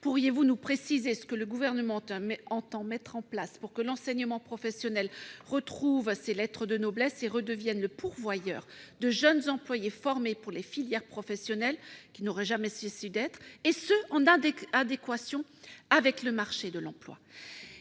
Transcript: pourriez-vous nous préciser les mesures que le Gouvernement entend mettre en place pour faire en sorte que l'enseignement professionnel retrouve ses lettres de noblesse et redevienne le pourvoyeur de jeunes employés formés pour les filières professionnelles qu'ils n'auraient jamais dû cesser d'être, et ce en adéquation avec le marché de l'emploi ?